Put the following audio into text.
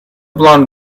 blonde